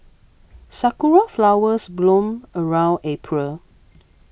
sakura flowers bloom around April